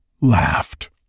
laughed